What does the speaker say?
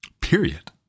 period